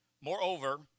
Moreover